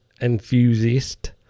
enthusiast